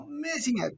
Amazing